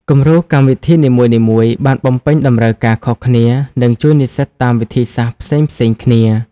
គំរូកម្មវិធីនីមួយៗបានបំពេញតម្រូវការខុសគ្នា និងជួយនិស្សិតតាមវិធីសាស្ត្រផ្សេងៗគ្នា។